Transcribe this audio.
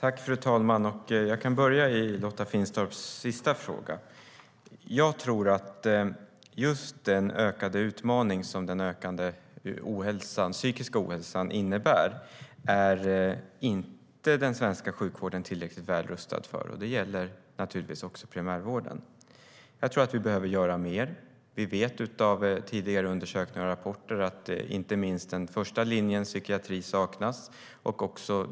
Fru talman! Jag kan börja med Lotta Finstorps sista fråga. Jag tror inte att den svenska sjukvården är tillräckligt väl rustad för just den ökade utmaningen som den ökande psykiska ohälsan innebär. Det gäller naturligtvis också primärvården. Vi behöver göra mer. Vi vet utifrån tidigare undersökningar och rapporter att inte minst den första linjens psykiatri saknas.